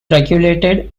regulated